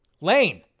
Lane